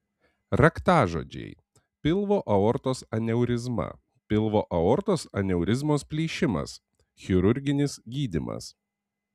raktažodžiai pilvo aortos aneurizma pilvo aortos aneurizmos plyšimas chirurginis gydymas